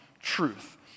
truth